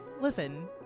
listen